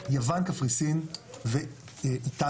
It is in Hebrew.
יוון קפריסין ואיטליה.